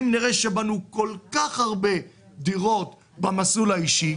אם נראה שבנו כל כך הרבה דירות במסלול האישי,